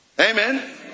Amen